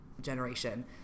generation